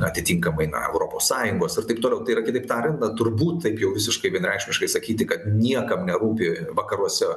atitinkamai na europos sąjungos ir taip toliau tai yra kitaip tariant na turbūt taip jau visiškai vienareikšmiškai sakyti kad niekam nerūpi vakaruose